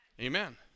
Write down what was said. Amen